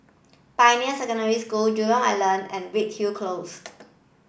Pioneer Secondary School Jurong Island and Redhill Close